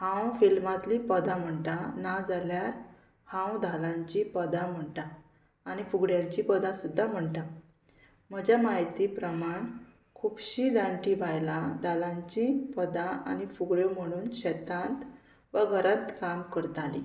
हांव फिल्मांतली पदां म्हणटा नाजाल्यार हांव धालांची पदां म्हणटा आनी फुगड्यांची पदां सुद्दां म्हणटा म्हज्या म्हायती प्रमाण खुबशीं जाणटीं बायलां धालांची पदां आनी फुगड्यो म्हणून शेतांत वा घरांत काम करतालीं